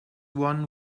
one